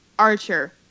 Archer